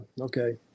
okay